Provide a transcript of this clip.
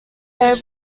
able